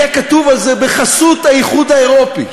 יהיה כתוב על זה: בחסות האיחוד האירופי,